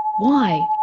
why?